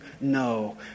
no